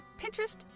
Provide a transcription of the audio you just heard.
Pinterest